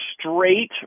straight